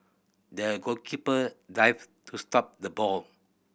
the goalkeeper dives to stop the ball